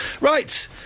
Right